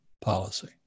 policy